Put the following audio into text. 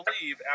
believe